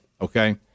okay